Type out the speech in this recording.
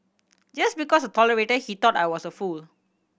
just because I tolerated he thought I was a fool